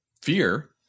fear